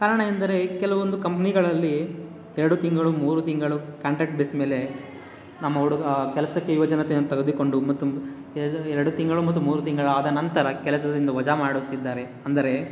ಕಾರಣ ಎಂದರೆ ಕೆಲವೊಂದು ಕಂಪ್ನಿಗಳಲ್ಲಿ ಎರಡು ತಿಂಗಳು ಮೂರು ತಿಂಗಳು ಕಾಂಟ್ರಾಕ್ಟ್ ಬೇಸ್ ಮೇಲೆ ನಮ್ಮ ಹುಡುಗ ಕೆಲಸಕ್ಕೆ ಯುವಜನತೆಯನ್ನು ತೆಗೆದುಕೊಂಡು ಮತ್ತು ಎರಡು ತಿಂಗಳು ಮತ್ತು ಮೂರು ತಿಂಗಳು ಆದ ನಂತರ ಕೆಲಸದಿಂದ ವಜಾ ಮಾಡುತ್ತಿದ್ದಾರೆ ಅಂದರೆ